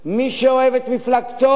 מי שאוהב את מפלגתו,